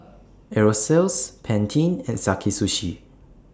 Aerosoles Pantene and Sakae Sushi